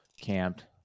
camped